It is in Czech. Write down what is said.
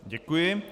Děkuji.